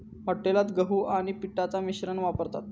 हॉटेलात गहू आणि पिठाचा मिश्रण वापरतत